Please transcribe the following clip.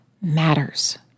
matters